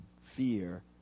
fear